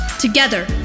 Together